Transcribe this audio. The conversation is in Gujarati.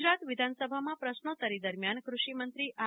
ગુજરાત વિધાનસભામાં પ્રશ્નોતરી દરમિયાન કૃષિમંત્રી આર